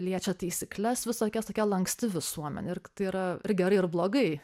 liečia taisykles visokias tokia lanksti visuomenė ir k tai yra ir gerai ir blogai